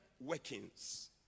workings